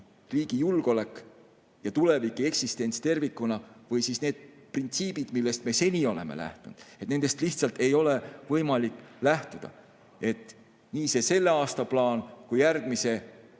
riigi julgeolek ja tulevik, eksistents tervikuna. Need printsiibid, millest me seni oleme lähtunud – nendest lihtsalt ei ole võimalik lähtuda. Nii see selle aasta plaan kui järgmise